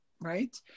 Right